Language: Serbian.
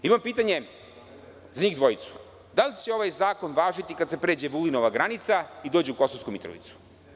Imam pitanje za njih dvojicu da li će ovaj zakon važiti kada se pređe Vulinova granica i dođe u Kosovsku Mitrovicu?